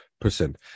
percent